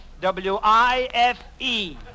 W-I-F-E